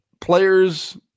players